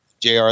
JR